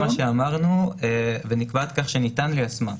מה שאמרנו פה: "ונקבעת כך שניתן ליישמה".